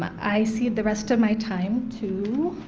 i cede the rest of my time to